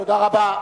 תודה רבה.